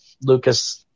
Lucas